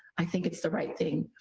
i think it's the right thing.